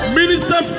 minister